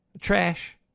Trash